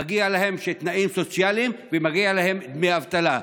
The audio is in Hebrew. מגיעים להן תנאים סוציאליים ומגיעים להן דמי אבטלה.